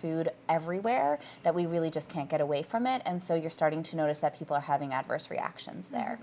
food everywhere that we really just can't get away from it and so you're starting to notice that people are having adverse reactions there